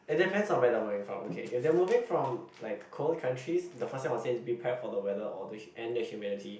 it's depend on where they're moving from okay if they moving from like cold countries the first thing I'll say be prepared for the weather or the hu~ and the humidity